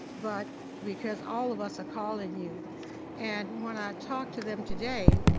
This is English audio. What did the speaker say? but because all of us are calling you and when i talked to them today,